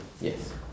Yes